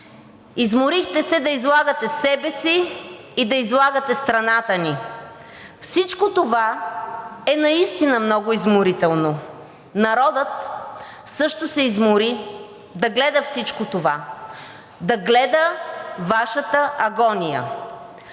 Изморихте се да излагате себе си и да излагате страната ни. Всичко това е наистина много изморително. Народът също се измори да гледа всичко това, да гледа Вашата агония.